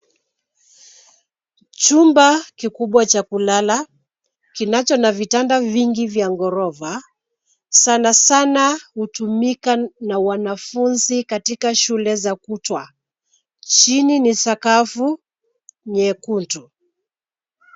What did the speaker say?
Chumba kikubwa cha kulala kinacho na vitanda vingi vya ghorofa, sana sana hutumika na wanafunzi katika shule za kutwa. Chini ni sakafu nyekundu.